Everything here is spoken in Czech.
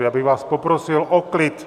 Já bych vás poprosil o klid!